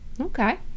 Okay